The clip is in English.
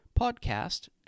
podcast